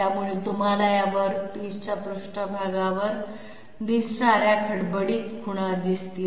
त्यामुळे तुम्हाला या वर्कपिसच्या पृष्ठभागावर दिसणाऱ्या खडबडीत खुणा दिसतील